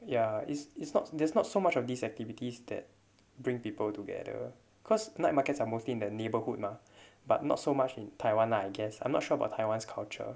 ya it's it's not there's not so much of these activities that bring people together cause night markets are mostly in the neighbourhood mah but not so much in taiwan lah I guess I'm not sure about taiwan's culture